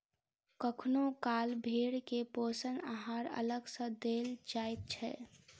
कखनो काल भेंड़ के पोषण आहार अलग सॅ देल जाइत छै